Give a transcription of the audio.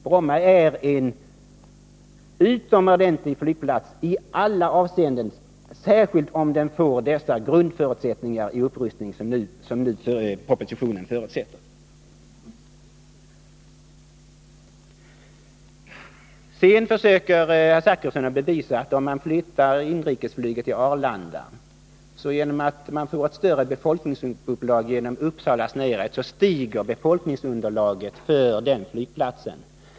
Bromma är en utomordentlig flygplats i alla avseenden, och särskilt om den får den grundliga upprustning som nu förutsätts i propositionen. Sedan försöker herr Zachrisson bevisa att om man flyttar inrikesflyget till Arlanda så stiger befolkningsunderlaget för den flygplatsen genom närheten till Uppsala.